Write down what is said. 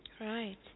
Right